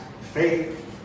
faith